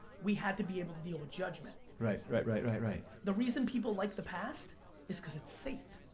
we had to be able to deal with judgment. right, right, right, right, right. the reason people like the past is because it's safe.